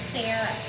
Sarah